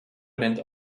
brennt